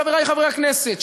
חברי חברי הכנסת,